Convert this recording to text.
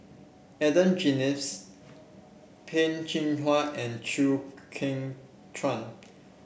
Adan Jimenez Peh Chin Hua and Chew Kheng Chuan